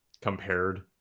compared